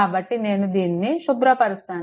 కాబట్టి నేను దీనిని శుభ్రపరుస్తాను